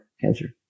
cancer